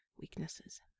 Weaknesses